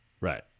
right